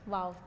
Wow